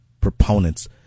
proponents